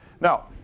Now